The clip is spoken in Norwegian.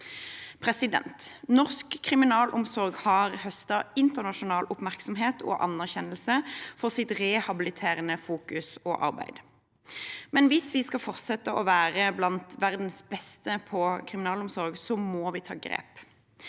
Norsk kriminalomsorg har høstet internasjonal oppmerksomhet og anerkjennelse for sitt rehabiliterende fokus og arbeid, men hvis vi skal fortsette å være blant verdens beste på kriminalomsorg, må vi ta grep.